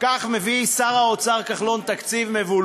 מיקי לוי להסתייגות מס' 3 בעמוד 290. בבקשה,